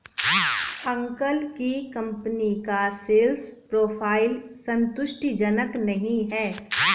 uncle की company का sales profile संतुष्टिजनक नही है